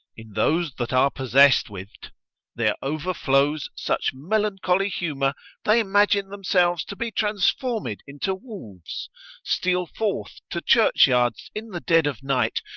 in those that are possess'd with t there o'erflows such melancholy humour they imagine themselves to be transformed into wolves steal forth to church-yards in the dead of night,